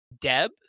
Deb